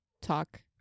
talk